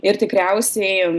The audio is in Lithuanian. ir tikriausiai